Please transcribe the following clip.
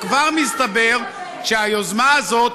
וכבר מסתבר שהיוזמה הזאת,